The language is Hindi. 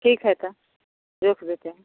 ठीक है तो जोख देते हैं